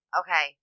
okay